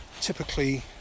typically